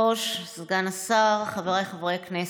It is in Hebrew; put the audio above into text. סגן השר, חבריי חברי הכנסת,